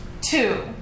Two